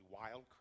wild